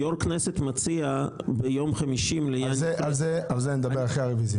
יושב ראש הכנסת מציע --- על זה נדבר אחרי הרוויזיה.